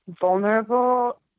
vulnerable